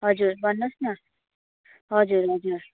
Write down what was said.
हजुर भन्नुहोस् न हजुर हजुर